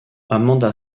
amanda